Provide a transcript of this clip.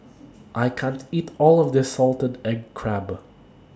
I can't eat All of This Salted Egg Crab